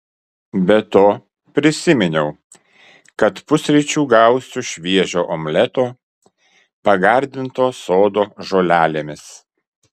be to prisiminiau kad pusryčių gausiu šviežio omleto pagardinto sodo žolelėmis